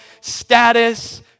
status